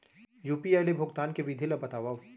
UPI ले भुगतान के विधि ला बतावव